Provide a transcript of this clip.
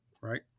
Right